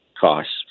costs